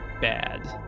bad